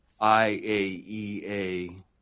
IAEA